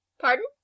Pardon